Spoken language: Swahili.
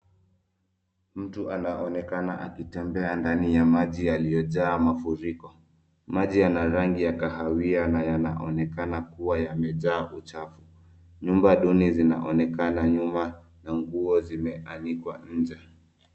Mtu anaonekana akitembea ndani ya maji yaliyojaa mafuriko. Maji yana rangi ya kahawia na yanaonekana kuwa yamejaa uchafu. Nyumba duni zinaonekana nyuma na nguo zimeanikwa nje.